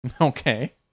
Okay